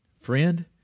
friend